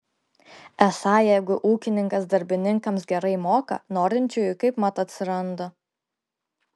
esą jeigu ūkininkas darbininkams gerai moka norinčiųjų kaipmat atsiranda